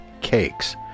cakes